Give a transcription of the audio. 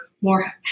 more